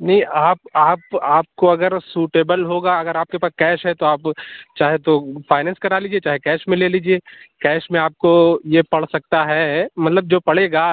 نہیں آپ آپ آپ کو اگر سوٹیبل ہوگا اگر آپ کے پاس کیش ہے تو آپ چاہے تو فائننس کرا لیجیے چاہے کیش میں لے لیجیے کیش میں آپ کو یہ پڑ سکتا ہے مطلب جو پڑے گا